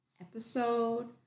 Episode